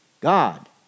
God